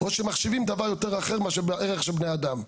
או שמחשיבים דבר אחר יותר מאשר הערך של בני אדם.